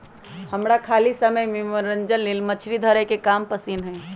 हमरा खाली समय में मनोरंजन लेल मछरी धरे के काम पसिन्न हय